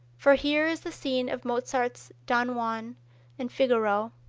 for here is the scene of, mozart's don juan and figaro,